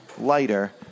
lighter